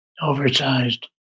oversized